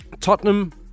Tottenham